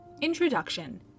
Introduction